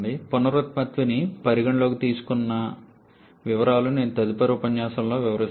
పునరుత్పత్తిని పరిగణనలోకి తీసుకున్న వివరాలు నేను తదుపరి ఉపన్యాసంలో వివరిస్తాను